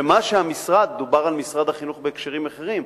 ומה שהמשרד, דובר על משרד החינוך בהקשרים אחרים.